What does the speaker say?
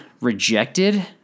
rejected